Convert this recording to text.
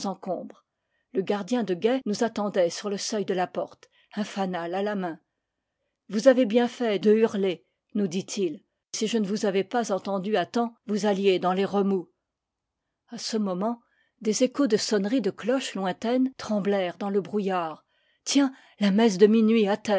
encombre le gardien de guet nous attendait sur le seuil de la porte un fanal à la main vous avez bien fait de hurler nous dit-il si je ne vous avais pas entendus à temps vous alliez dans les remous a ce moment des échos de sonneries de cloches lointaines tremblèrent dans le brouillard tiens la messe de minuit